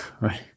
Right